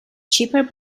cheaper